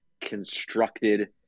constructed